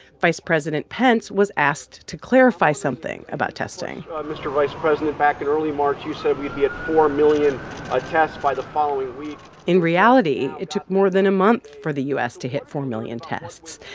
vice president pence was asked to clarify something about testing ah mr. vice president, back in early march, you said we'd be at four million ah tests by the following week in reality, it took more than a month for the u s. to hit four million tests.